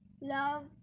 Love